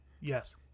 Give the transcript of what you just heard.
Yes